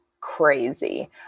crazy